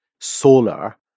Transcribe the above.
solar